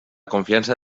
confiança